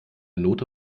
note